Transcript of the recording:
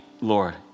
Lord